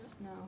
No